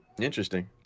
Interesting